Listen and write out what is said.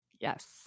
Yes